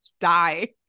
die